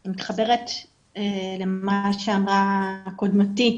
אני מתחברת למה שאמרה קודמתי,